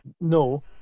No